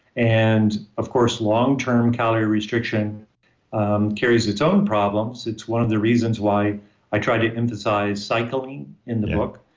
and, of course, long-term calorie restriction um carries its own problems. it's one of the reasons why i tried to emphasize cycling in the book,